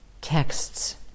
texts